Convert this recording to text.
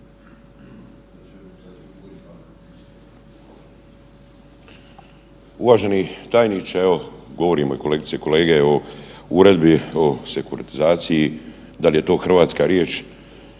Uvaženi tajniče evo govorimo kolegice i kolege o Uredbi o sekuratizaciji, dal je to hrvatska riječ,